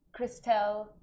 christelle